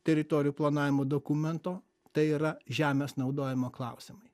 teritorijų planavimo dokumento tai yra žemės naudojimo klausimai